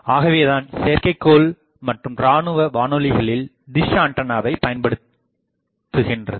ஆகவேதான் செயற்கைகோள் மற்றும் இராணுவ வானொலிகளில் டிஷ் ஆண்டனாவை பயன்படுத்தபடுகின்றது